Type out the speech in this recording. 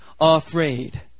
afraid